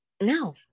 No